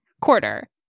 quarter